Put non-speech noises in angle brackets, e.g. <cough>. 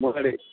<unintelligible>